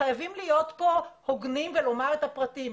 חייבים להיות פה הוגנים ולומר את הפרטים,